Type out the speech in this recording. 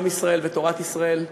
עם ישראל ותורת ישראל,